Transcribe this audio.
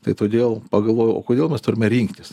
tai todėl pagalvojau o kodėl mes turime rinktis